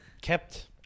kept